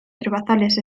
herbazales